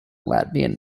latvian